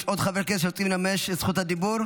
יש עוד חברי כנסת שרוצים לממש את זכות הדיבור?